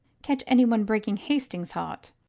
catch anyone breaking hastings' heart!